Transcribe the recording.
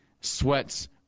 sweats